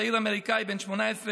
צעיר אמריקני בן 18,